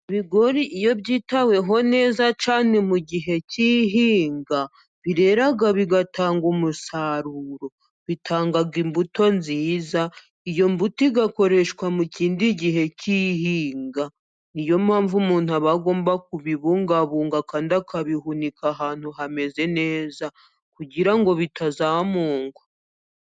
Ibigori iyo byitaweho neza cyane mu gihe cy'ihinga birera, bigatanga umusaruro, bitangaga imbuto nziza. Iyo mbuto igakoreshwa mu kindi gihe cy'ihinga. Ni yo mpamvu umuntu aba agomba kubibungabunga, kandi akabihunika ahantu hameze neza kugira ngo bitazamugwa.